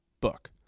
book